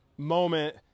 moment